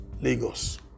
Lagos